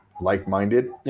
like-minded